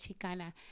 Chicana